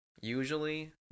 usually